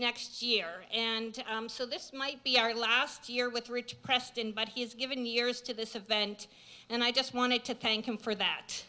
next year and so this might be our last year with richard preston but he has given years to this event and i just wanted to thank him for that